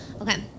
Okay